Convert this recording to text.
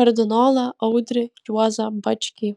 kardinolą audrį juozą bačkį